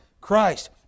Christ